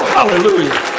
Hallelujah